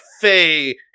Faye